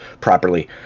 properly